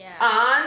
On